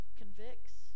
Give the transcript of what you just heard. convicts